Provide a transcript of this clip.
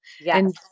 Yes